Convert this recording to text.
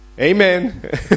Amen